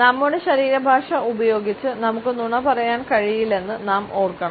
നമ്മുടെ ശരീരഭാഷ ഉപയോഗിച്ച് നമുക്ക് നുണ പറയാൻ കഴിയില്ലെന്ന് നാം ഓർക്കണം